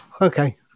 okay